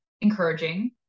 encouraging